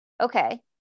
Okay